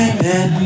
Amen